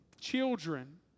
children